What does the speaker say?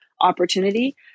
opportunity